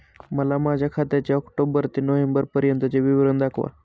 मला माझ्या खात्याचे ऑक्टोबर ते नोव्हेंबर पर्यंतचे विवरण दाखवा